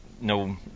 no